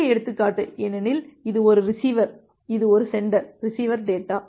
சிறிய எடுத்துக்காட்டு ஏனெனில் இது ஒரு ரிசீவர் இது ஒரு சென்டர் ரிசீவர் டேட்டா